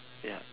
ya